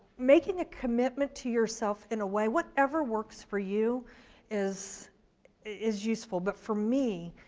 making a commitment to yourself in a way, whatever works for you is is useful, but for me,